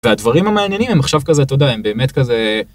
והדברים המעניינים הם עכשיו כזה, אתה יודע, הם באמת כזה...